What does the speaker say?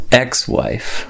ex-wife